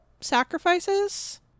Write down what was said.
sacrifices